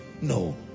no